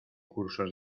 cursos